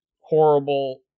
horrible